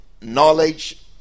knowledge